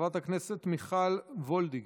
חברת הכנסת מיכל וולדיגר,